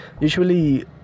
usually